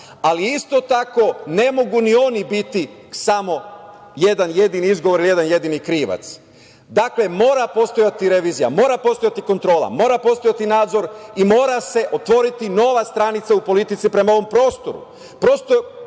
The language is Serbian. ali isto tako ne mogu ni oni biti samo jedan jedini izgovor i jedan jedini krivac. Dakle, mora postojati revizija, mora postojati kontrola, mora postojati nadzor i mora se otvoriti nova stranica u politici prema ovom prostoru.